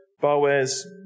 Boaz